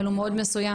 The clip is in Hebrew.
אבל הוא מאוד מסוים,